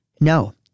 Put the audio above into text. No